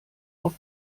auf